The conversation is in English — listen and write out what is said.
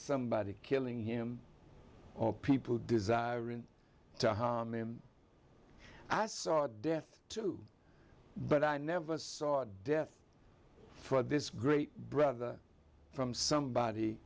somebody killing him or people desire to harm him i saw death too but i never saw death for this great brother from somebody